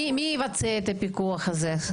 מי יבצע את הפיקוח הזה?